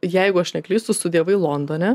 jeigu aš neklystu studijavai londone